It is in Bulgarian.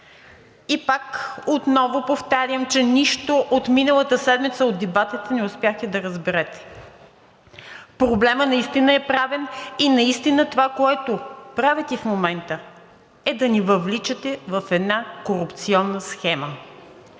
И пак, отново повтарям, че нищо от миналата седмица, от дебатите не успяхте да разберете. Проблемът наистина е правен и наистина това, което правите в момента, е, да ни въвличате в една корупционна схема.